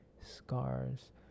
scars